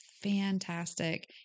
fantastic